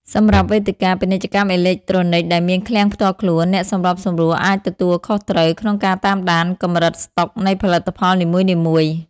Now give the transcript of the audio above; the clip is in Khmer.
សម្រាប់វេទិកា ពាណិជ្ជកម្មអេឡិចត្រូនិក ដែលមានឃ្លាំងផ្ទាល់ខ្លួន អ្នកសម្របសម្រួលអាចទទួលខុសត្រូវក្នុងការតាមដានកម្រិតស្តុកនៃផលិតផលនីមួយៗ។